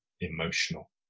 emotional